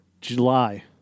July